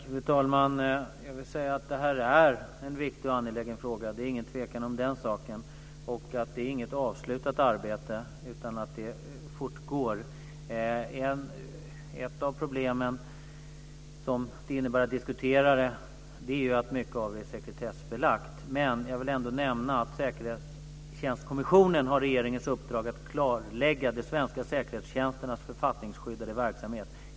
Fru talman! Jag vill säga att detta är en viktig och angelägen fråga. Det är ingen tvekan om den saken. Det är inget avslutat arbete, utan det fortgår. Ett av de problem som finns med att diskutera frågan är att mycket är sekretessbelagt. Jag vill ändå nämna att Säkerhetstjänstkommissionen har regeringens uppdrag att klarlägga de svenska säkerhetstjänsternas författningsskyddade verksamhet.